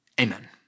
Amen